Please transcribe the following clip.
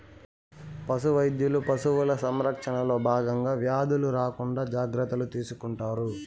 పశు వైద్యులు పశువుల సంరక్షణలో భాగంగా వ్యాధులు రాకుండా జాగ్రత్తలు తీసుకుంటారు